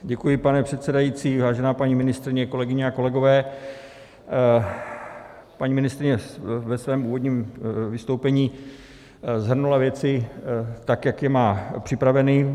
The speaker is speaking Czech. Děkuji, pane předsedající, vážená paní ministryně, kolegyně a kolegové, paní ministryně ve svém úvodním vystoupení shrnula věci tak, jak je má připraveny.